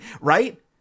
right